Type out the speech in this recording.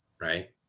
right